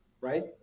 Right